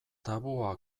tabua